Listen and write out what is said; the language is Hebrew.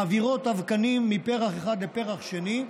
מעבירות אבקנים מפרח אחד לפרח שני.